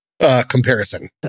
Comparison